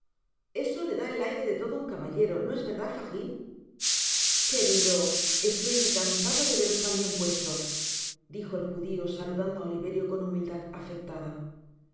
eso le dá el aire de todo un caballero no es verdad fagin querido estoy encantado de veros tan bien puesto dijo el judio saludando á oliverio con humildad afectada el